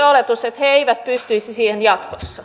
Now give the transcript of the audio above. oletus että he eivät pystyisi siihen jatkossa